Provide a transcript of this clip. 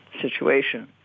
situation